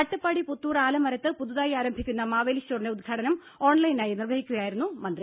അട്ടപ്പാടി പുത്തൂർ ആലമരത്ത് പുതുതായി ആരംഭിക്കുന്ന മാവേലി സ്റ്റോറിന്റെ ഉദ്ഘാടനം ഓൺലൈനായി നിർവഹിച്ചു സംസാരിക്കുകയായിരുന്നു മന്ത്രി